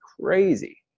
crazy